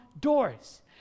doors